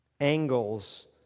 angles